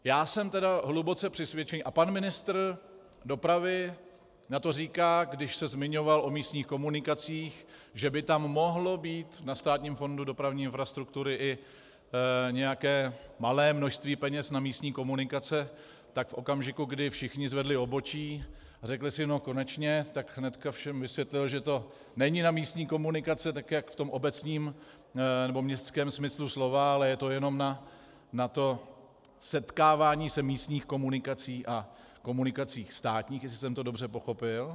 Já jsem tedy hluboce přesvědčený, a pan ministr dopravy na to říká, když se zmiňoval o místních komunikacích, že by tam mohlo být na Státním fondu dopravní infrastruktury i nějaké malé množství peněz na místní komunikace, tak v okamžiku, kdy všichni zvedli obočí a řekli si No konečně!, tak hnedka všem vysvětlil, že to není na místní komunikace tak, jak v tom obecním nebo městském smyslu slova, ale je to jenom na to setkávání se místních komunikací a komunikací státních, jestli jsem to dobře pochopil.